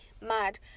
mad